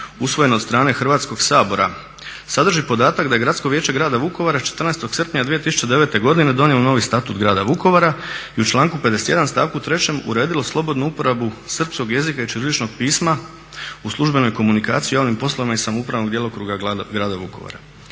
usvojen od strane Hrvatskog sabora sadrži podatak da je Gradsko vijeće grada Vukovara 14. srpnja 2009. godine donijelo novi Statut grada Vukovara i u članku 51., stavku 3. uredilo slobodnu uporabu srpskog jezika i ćirilićnog pisma u službenoj komunikaciji i javnim poslovima iz samoupravnog djelokruga grada Vukovara.